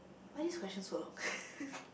why this questions so long